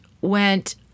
went